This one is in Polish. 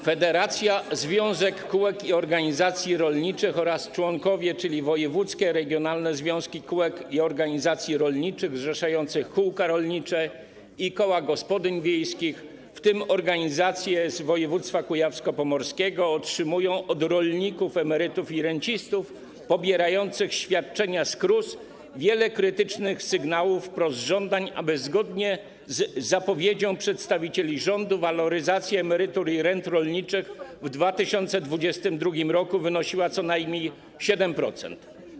Federacja, związek kółek i organizacji rolniczych oraz członkowie, czyli województwie regionalne związki kółek i organizacji rolniczych zrzeszające kółka rolnicze i koła gospodyń wiejskich, w tym organizacje z województwa kujawsko-pomorskiego, otrzymują od rolników, emerytów i rencistów pobierających świadczenia z KRUS wiele krytycznych sygnałów, wprost żądań, aby zgodnie z zapowiedzią przedstawicieli rządu waloryzacja emerytur i rent rolniczych w 2022 r. wynosiła co najmniej 7%.